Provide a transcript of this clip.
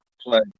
play